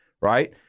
right